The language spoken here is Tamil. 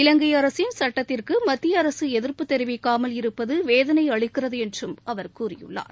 இலங்கை அரசின் சட்டத்திற்கு மத்திய அரசு எதிர்ப்பு தெரிவிக்காமல் இருப்பது வேதனை அளிக்கிறது என்றும் அவர் கூறியுள்ளார்